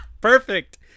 perfect